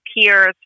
peers